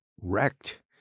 wrecked